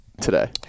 today